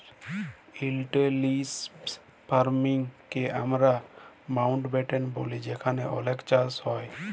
intensive farming কে আমরা মাউল্টব্যাটেল ব্যলি যেখালে অলেক চাষ হ্যয়